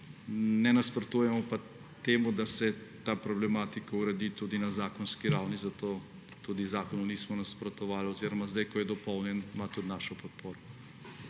ne nasprotujemo pa temu, da se ta problematika uredi tudi na zakonski ravni, zato tudi zakonu nismo nasprotovali oziroma zdaj, ko je dopolnjen, ima tudi našo podporo.